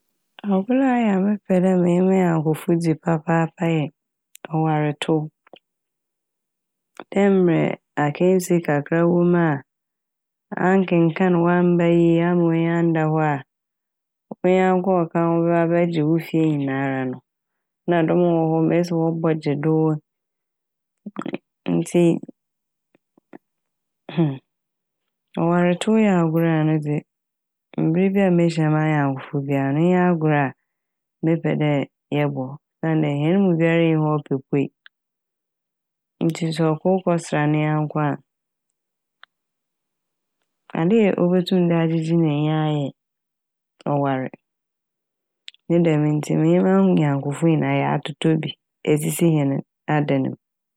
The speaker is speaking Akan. Agor a ɔyɛ a mepɛ dɛ menye me nyankofo dzi papaapa yɛ ɔware tow. Dɛ mbrɛ akansi kakra wɔ m' a, annkenkaan w'amba yie a amma w'enyi annda hɔ a, wo nyanko a ɔka ho bɛba abɛgye wo fie nyinara no. Na dɔm a wɔwɔ hɔ no mesi ma wɔbɔ gye do ntsi ɔware tow yɛ agor a ɔno dze mber bi mehyia m'anyankofo bia a no iyi nye agor a mepɛ dɛ yɛbɔ osiandɛ hɛn mu biara nnyi hɔ a ɔpɛ puei ntsi ɔkor kɔsera ne nyanko a ade a obotum ɔde agyegye n'enyi a yɛ ɔware ne dɛm ntsi menye maw- anyankofo nyinara a yɛatotɔ bi esisi hɛn adan ne m'.